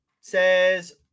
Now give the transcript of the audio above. says